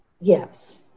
Yes